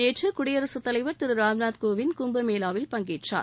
நேற்று குடியரசுத் தலைவர் திரு ராம்நாத் கோவிந்த் கும்பமேளாவில் பங்கேற்றார்